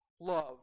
Love